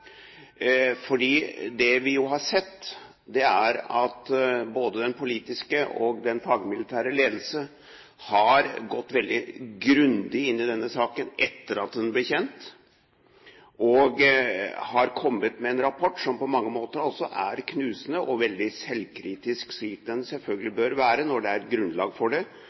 Det vi jo har sett, er at både den politiske og den fagmilitære ledelse har gått veldig grundig inn i denne saken etter at den ble kjent, og har kommet med en rapport som på mange måter er knusende og veldig selvkritisk, slik den selvfølgelig bør være når det er grunnlag for det.